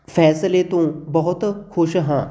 ਫੈਸਲੇ ਤੋਂ ਬਹੁਤ ਖੁਸ਼ ਹਾਂ